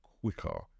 quicker